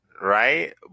right